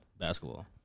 basketball